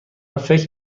فکر